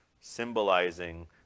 symbolizing